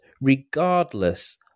regardless